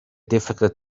difficult